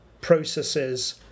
processes